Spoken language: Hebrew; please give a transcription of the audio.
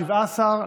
17,